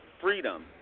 freedom